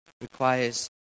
requires